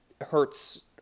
hurts